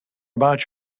about